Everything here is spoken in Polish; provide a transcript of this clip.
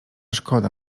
szkoda